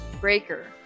Breaker